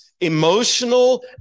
emotional